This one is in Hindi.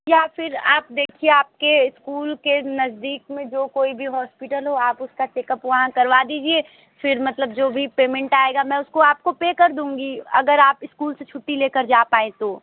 या फिर आप देखिए आप के स्कूल के नज़दीक में जो कोई भी हॉस्पिटल हो आप उसका चेकअप वहाँ करवा दीजिए फिर मतलब जो भी पेमेंट आएगा मैं उसको आप को पे कर दूँगी अगर आप स्कूल से छुट्टी ले कर जा पाएँ तो